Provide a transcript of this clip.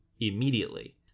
immediately